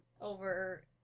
over